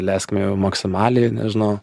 leiskime jau maksimaliai nežinau